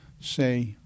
say